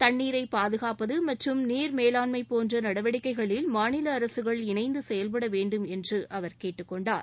தண்ணீரை பாதுகாப்பது மற்றும் நீர் மேலாண்மை போன்ற நடவடிக்கைகளில் மாநில அரசுகள் இணைந்து செயல்பட வேண்டும் என்று அவர் கேட்டுக் கொண்டார்